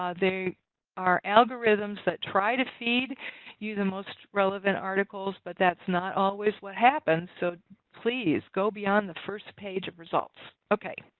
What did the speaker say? ah they are algorithms that try to feed you the most relevant articles, but that's not always what happens. so please go beyond the first page of results. ok.